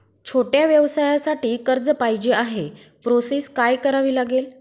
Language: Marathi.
छोट्या व्यवसायासाठी कर्ज पाहिजे आहे प्रोसेस काय करावी लागेल?